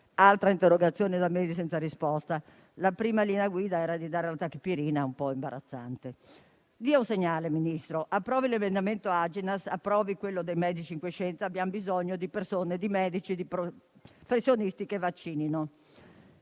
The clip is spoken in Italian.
altra interrogazione che giace da mesi senza risposta. La prima linea guida era di dare la tachipirina, un po' imbarazzante. Dia un segnale, Ministro, approvi l'emendamento Agenas, approvi quello dei medici in quiescenza, abbiamo bisogno di persone, di medici, di professionisti che vaccinino.